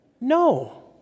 No